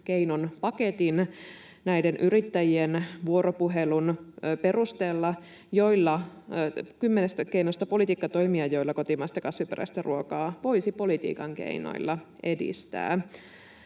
keinon paketin näiden yrittäjien kanssa käydyn vuoropuhelun perusteella, kymmenen politiikkatoimea, joilla kotimaista kasviperäistä ruokaa voisi politiikan keinoilla edistää.